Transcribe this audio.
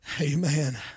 Amen